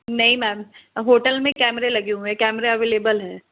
नहीं ma'am hotel में कैमरे लगे हुए हैं कैमरा अवेलेबल है